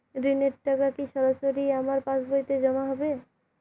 ঋণের টাকা কি সরাসরি আমার পাসবইতে জমা হবে?